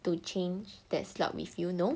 to change that slot with you no